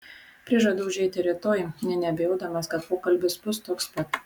prižadu užeiti rytoj nė neabejodamas kad pokalbis bus toks pat